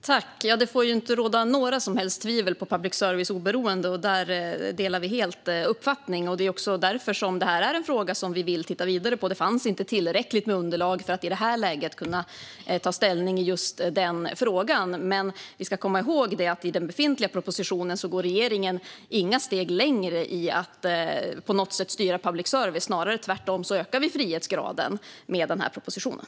Fru talman! Det får inte råda några som helst tvivel om public services oberoende. Den uppfattningen delar vi helt. Det är också därför detta är en fråga som vi vill titta vidare på. Det fanns inte tillräckligt med underlag för att i det här läget kunna ta ställning i just den frågan. Men vi ska komma ihåg att i den befintliga propositionen går regeringen inga steg längre i att på något sätt styra public service. Snarare ökar vi frihetsgraden med denna proposition.